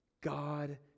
God